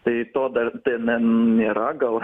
tai to dar tenen nėra gal